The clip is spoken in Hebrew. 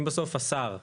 אם בסוף השר הממונה,